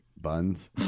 buns